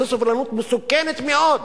זו סובלנות מסוכנת מאוד.